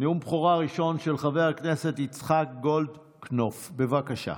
נאום הבכורה של חבר הכנסת יצחק גולדקנופ, בבקשה.